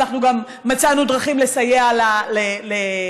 אנחנו גם מצאנו דרכים לסייע לברודקאסטים,